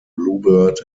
bluebird